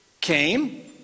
came